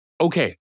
Okay